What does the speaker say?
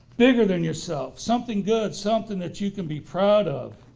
bigger than yourself, something good, something that you can be proud of.